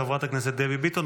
חברת הכנסת דבי ביטן,